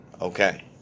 Okay